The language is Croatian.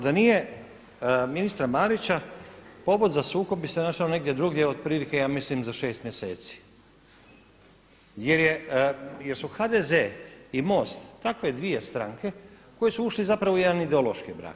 Da nije ministra Marića povod za sukob bi se našao negdje drugdje, otprilike ja mislim za šest mjeseci jer su HDZ i MOST takve dvije stranke koji su ušli zapravo u jedan ideološki brak.